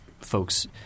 folks—